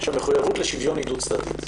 שהמחויבות לשוויון היא דו-צדדית.